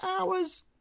hours